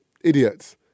idiots